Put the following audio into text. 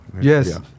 Yes